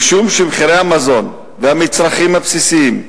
משום שמחירי המזון והמצרכים הבסיסיים האמירו.